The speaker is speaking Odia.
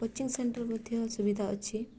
କୋଚିଂ ସେଣ୍ଟର ମଧ୍ୟ ସୁବିଧା ଅଛି